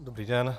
Dobrý den.